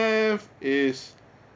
is